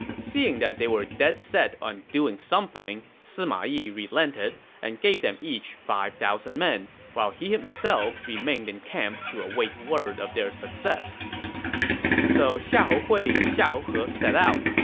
seeing that they were dead set on doing something, sima yi relented and gave them each five thousand men, while he himself remained in camp to await word of their success so xiahou hui and xiahou he set out,